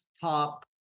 top